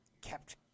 kept